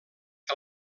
que